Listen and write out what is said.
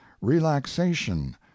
relaxation